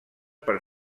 per